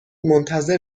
منتظر